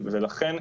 לכן,